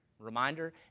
reminder